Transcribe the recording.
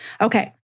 Okay